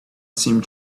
seemed